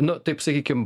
nu taip sakykim